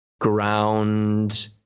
Ground